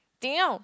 Ding-Yao